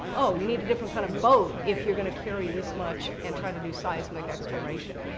oh, you need a different kind of boat if you're gonna carry this much and try to do seismic exploration.